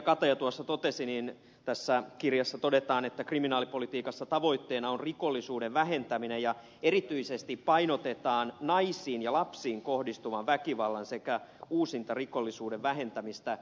kataja tuossa totesi tässä kirjassa todetaan että kriminaalipolitiikassa tavoitteena on rikollisuuden vähentäminen ja erityisesti painotetaan naisiin ja lapsiin kohdistuvan väkivallan sekä uusintarikollisuuden vähentämistä